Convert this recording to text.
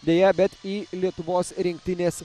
deja bet į lietuvos rinktinės